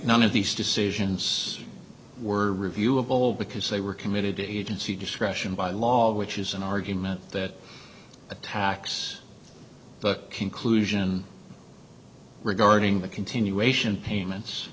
none of these decisions were review of all because they were committed to even see discretion by law which is an argument that attacks the conclusion regarding the continuation payments